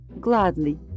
Gladly